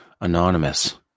anonymous